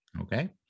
Okay